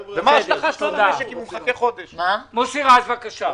מוסי, בבקשה.